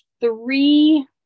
three